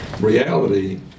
Reality